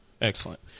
Excellent